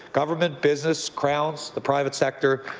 government, business, crowns, the private sector,